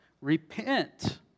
Repent